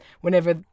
whenever